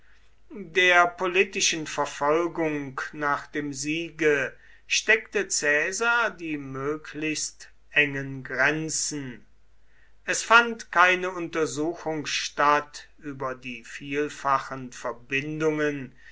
der politischen verfolgung nach dem siege steckte caesar die möglichst engen grenzen es fand keine untersuchung statt über die vielfachen verbindungen